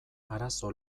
arazo